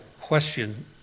question